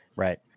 right